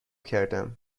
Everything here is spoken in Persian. کردم